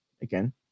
Again